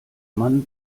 man